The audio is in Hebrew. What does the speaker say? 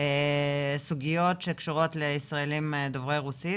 סוגיות שקשורות לישראלים דוברי רוסית,